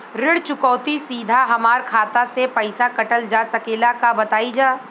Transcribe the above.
ऋण चुकौती सीधा हमार खाता से पैसा कटल जा सकेला का बताई जा?